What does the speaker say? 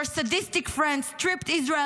Your sadistic friends stripped Israeli